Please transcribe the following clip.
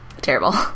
terrible